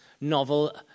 novel